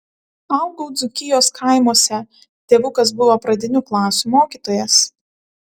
augau dzūkijos kaimuose tėvukas buvo pradinių klasių mokytojas